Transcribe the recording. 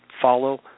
Follow